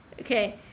Okay